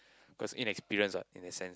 cause inexperience ah in a sense